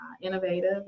innovative